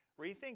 Rethink